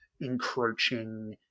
encroaching